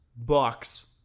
Bucks